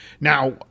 Now